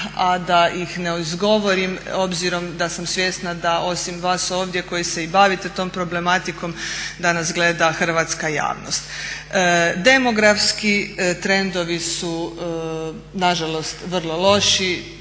a da ih ne izgovorim obzirom da sam svjesna da osim vas ovdje koji se i bavite tom problematikom da nas gleda hrvatska javnost. Demografski trendovi su nažalost vrlo loši,